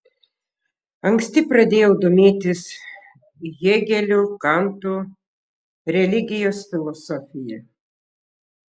anksti pradėjau domėtis hėgeliu kantu religijos filosofija